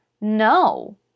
no